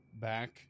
back